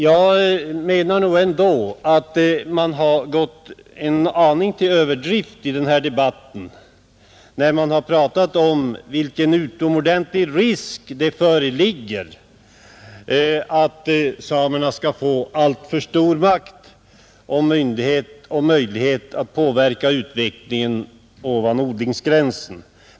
Jag menar nog ändå att man har gått en aning till överdrift i den här debatten när man har talat om vilken utomordentlig risk som föreligger för att samerna skall få alltför stor makt och myndighet och möjlighet att påverka utvecklingen ovan odlingsgränsen.